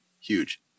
huge